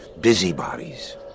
Busybodies